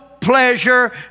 pleasure